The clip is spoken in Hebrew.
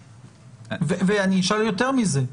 אני אשאל יותר מזה.